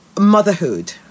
motherhood